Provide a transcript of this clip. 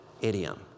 idiom